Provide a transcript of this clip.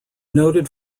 noted